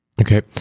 Okay